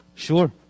sure